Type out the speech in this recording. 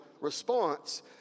response